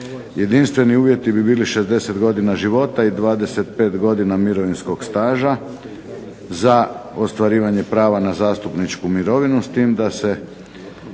Jedinstveni uvjeti bi bili 60 godina života i 25 godina mirovinskog staža za ostvarivanje prava na zastupničku mirovinu s tim da se